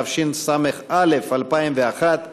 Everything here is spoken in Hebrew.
התשס"א 2001,